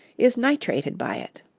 is nitrated by it.